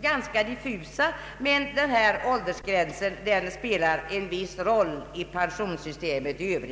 ganska diffusa, men verket framhåller bland annat att den här åldersgränsen spelar en viss roll för pensionssystemet i övrigt.